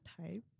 type